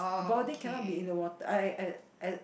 body cannot be in the water I I I I